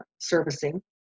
servicing